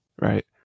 right